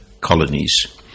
colonies